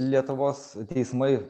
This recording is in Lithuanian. lietuvos teismai